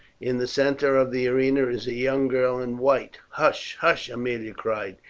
in the centre of the arena is a young girl in white. hush, hush! aemilia cried,